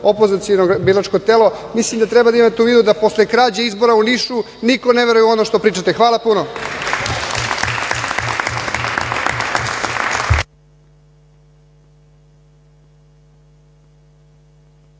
opoziciono biračko telo, mislim da treba da imate u vidu da posle krađe izbora u Nišu niko ne veruje u ono što pričate. Hvala puno.